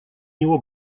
него